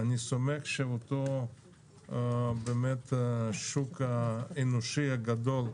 אני סומך על אותו שוק אנושי גדול,